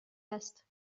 است